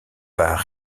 par